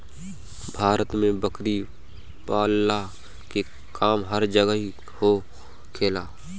भारत में बकरी पलला के काम हर जगही होखेला